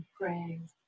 praying